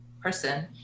person